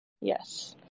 Yes